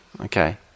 okay